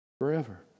forever